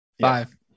Five